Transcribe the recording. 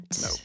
No